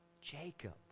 Jacob